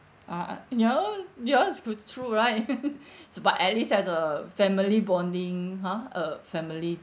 a'ah ya lor yours put through right so but at least as a family bonding !huh! a family